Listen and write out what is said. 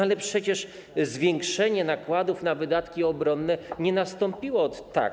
Ale przecież zwiększenie nakładów na wydatki obronne nie nastąpiło ot tak.